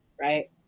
right